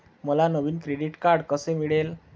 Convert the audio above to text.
मला नवीन credit card कसे मिळेल?